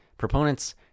proponents